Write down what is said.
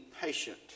patient